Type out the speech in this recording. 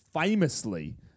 famously